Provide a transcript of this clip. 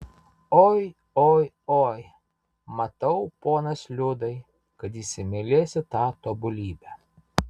oi oi oi matau ponas liudai kad įsimylėsi tą tobulybę